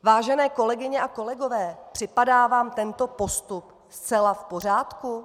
Vážené kolegyně a kolegové, připadá vám tento postup zcela v pořádku?